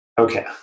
Okay